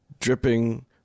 dripping